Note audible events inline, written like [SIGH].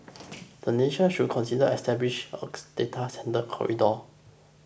the nation should consider establishing a [NOISE] data centre corridor